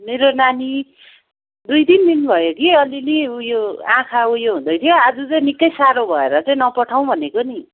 मेरो नानी दुई तिन दिन भयो कि अलिअलि उयो आँखा उयो हुँदैथ्यो आज चाहिँ निकै साह्रो भएर चाहिँ नपठाऊँ भनेको नि